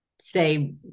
say